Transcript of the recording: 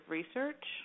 research